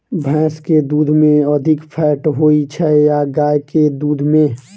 भैंस केँ दुध मे अधिक फैट होइ छैय या गाय केँ दुध में?